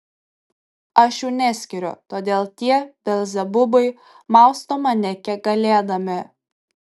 aš jų neskiriu todėl tie belzebubai mausto mane kiek galėdami